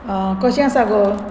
कशें आसा गो